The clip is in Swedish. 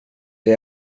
det